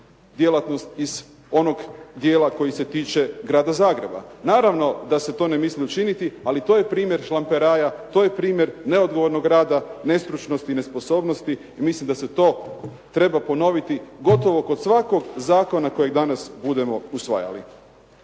djelatnost iz onog dijela koji se tiče Grada Zagreba. Naravno da se to ne misli učiniti, ali to je primjer šlamperaja, to je primjer neodgovornog rada, nestručnosti, nesposobnosti i milim da se to treba ponoviti gotovo kod svakog zakona kojeg danas budemo usvajali.